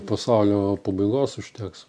pasaulio pabaigos užteks